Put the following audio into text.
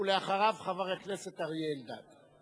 ואחריו, חבר הכנסת אריה אלדד.